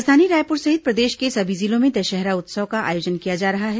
राजधानी रायपुर सहित प्रदेश के सभी जिलों में दशहरा उत्सव का आयोजन किया जा रहा है